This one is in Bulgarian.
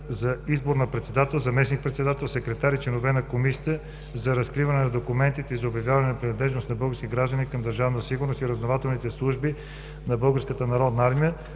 за избор на председател, заместник- председател, секретар и членове на Комисията за разкриване на документите и за обявяване на принадлежност на български граждани към Държавна сигурност и разузнавателните служби на